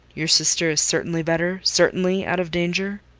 your sister is certainly better, certainly out of danger?